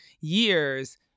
years